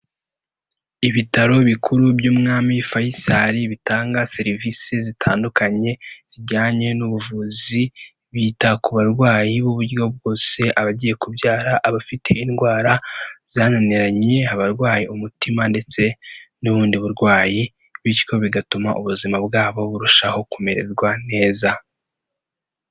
Ibitaro bikuru by'umwami Faisal, bitanga serivisi zitandukanye zijyanye n'ubuvuzi, bita ku barwayi b'uburyo bwose, abagiye kubyara, abafite indwara zananiranye, abarwaye umutima ndetse n'ubundi burwayi, bityo bigatuma ubuzima bwabo burushaho kumererwa neza.